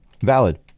Valid